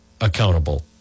accountable